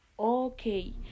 okay